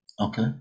Okay